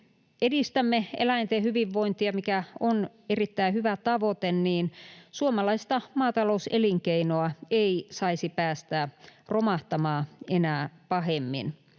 edistämme eläinten hyvinvointia, mikä on erittäin hyvä tavoite, suomalaista maatalouselinkeinoa ei saisi päästä romahtamaan enää pahemmin.